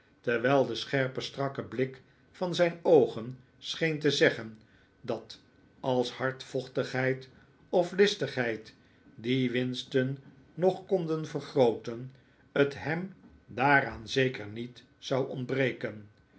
terwijl de scherpe strakke blik van zijn oogen scheen te zeggen dat als hardvochtigheid of listigheid die winsten nog konden vergrooten het hem daaraan zeker niet zou ontbreken